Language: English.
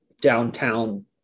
downtown